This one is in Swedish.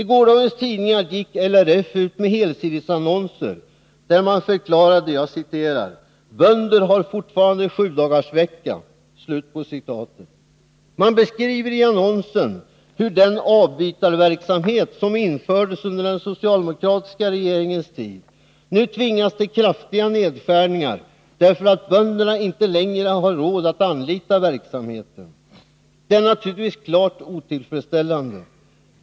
I gårdagens tidningar gick LRF ut med helsidesannonser, där man förklarade: ”Bönder har fortfarande 7-dagarsvecka.” Man beskriver i annonsen hur den avbytarverksamhet som infördes under den socialdemokratiska regeringens tid nu tvingas till kraftiga nedskärningar därför att bönderna inte längre har råd att anlita verksamheten. Det är naturligtvis klart otillfredsställande.